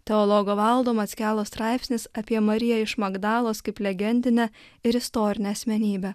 teologo valdo mackelos straipsnis apie mariją iš magdalos kaip legendinę ir istorinę asmenybę